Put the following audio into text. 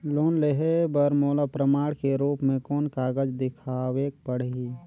Loan लेहे बर मोला प्रमाण के रूप में कोन कागज दिखावेक पड़ही?